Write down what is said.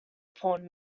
porn